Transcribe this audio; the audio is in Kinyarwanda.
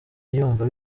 yumva